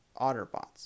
Otterbots